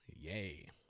Yay